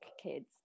kids